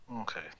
Okay